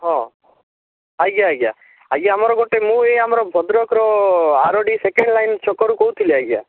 ହଁ ଆଜ୍ଞା ଆଜ୍ଞା ଆଜ୍ଞା ଆମର ଗୋଟେ ମୁଁ ଏଇ ଆମର ଭଦ୍ରକର ଆରଡ଼ି ସେକଣ୍ଡ ଲାଇନ୍ ଛକରୁ କହୁଥିଲି ଆଜ୍ଞା